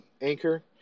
Anchor